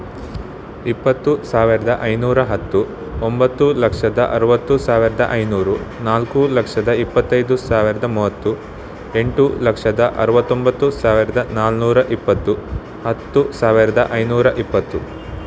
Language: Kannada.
ಇಪ್ಪತ್ತು ಸಾವಿರದ ಐನೂರ ಹತ್ತು ಒಂಬತ್ತು ಲಕ್ಷದ ಅರುವತ್ತು ಸಾವಿರದ ಐನೂರು ನಾಲ್ಕು ಲಕ್ಷದ ಇಪ್ಪತ್ತೈದು ಸಾವಿರದ ಮೂವತ್ತು ಎಂಟು ಲಕ್ಷದ ಅರುವತ್ತೊಂಬತ್ತು ಸಾವಿರದ ನಾಲ್ನೂರ ಇಪ್ಪತ್ತು ಹತ್ತು ಸಾವಿರದ ಐನೂರ ಇಪ್ಪತ್ತು